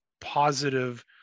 positive